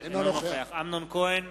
אינו נוכח אמנון כהן,